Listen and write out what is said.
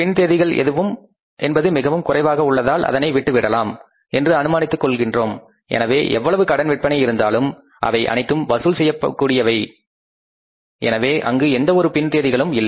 பின்தேதிகள் என்பது மிகவும் குறைவாக உள்ளதால் இதனை விட்டுவிடலாம் என்று அனுமானித்துக் கொள்கின்றோம் எனவே எவ்வளவு கடன் விற்பனை இருந்தாலும் அவை அனைத்தும் வசூல் செய்யப்பட கூடியவையே எனவே அங்கு எந்த ஒரு பின் தேதிகளும் இல்லை